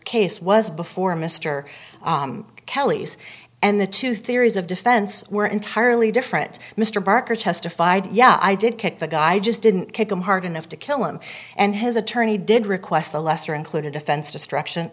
case was before mr kelly's and the two theories of defense were entirely different mr barker testified yeah i did kick the guy just didn't kick him hard enough to kill him and his attorney did request the lesser included offense destruction